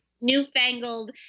newfangled